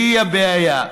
והיא הבעיה.